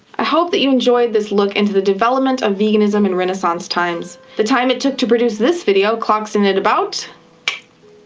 i hope that you enjoyed this look into the development of veganism in renaissance times. the time it took to produce this video clocks in at about